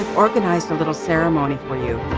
organized a little ceremony for you.